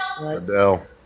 Adele